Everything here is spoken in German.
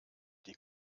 die